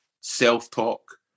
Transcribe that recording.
self-talk